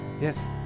Yes